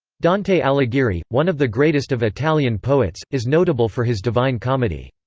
dante alighieri, one of the greatest of italian poets, is notable for his divine comedy.